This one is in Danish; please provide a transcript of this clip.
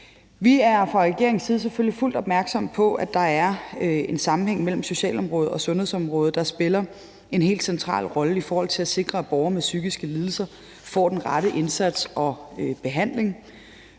Vi er fra regeringens side selvfølgelig fuldt opmærksomme på, at der er en sammenhæng mellem socialområdet og sundhedsområdet, der spiller en helt central rolle i forhold til at sikre, at borgere med psykiske lidelser får den rette indsats og behandling.